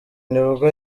nibwo